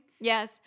Yes